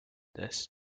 this